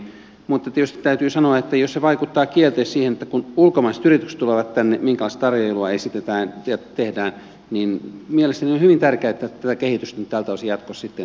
mutta tietysti täytyy sanoa että jos se vaikuttaa kielteisesti siihen minkälaista tarjoilua esitetään ja tehdään kun ulkomaiset yritykset tulevat tänne niin mielestäni on hyvin tärkeää että tätä kehitystä tältä osin jatkossa sitten seurataan